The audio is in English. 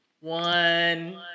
one